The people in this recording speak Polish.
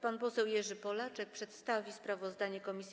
Pan poseł Jerzy Polaczek przedstawi sprawozdanie komisji.